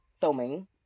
filming